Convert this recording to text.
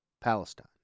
Palestine